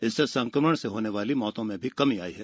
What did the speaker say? इससे संक्रमण से होने वाली मौतों में भी कमी आई है